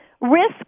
Risk